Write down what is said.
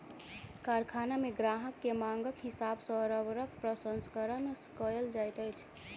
कारखाना मे ग्राहक के मांगक हिसाब सॅ रबड़क प्रसंस्करण कयल जाइत अछि